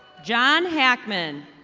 john hackman.